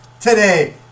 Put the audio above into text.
today